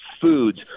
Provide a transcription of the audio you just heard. foods